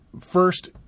first